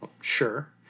Sure